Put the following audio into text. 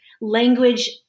language